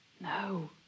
No